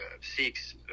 seeks